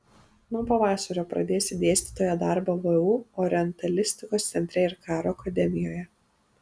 nuo pavasario pradėsi dėstytojo darbą vu orientalistikos centre ir karo akademijoje